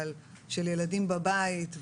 על ילדים בבית,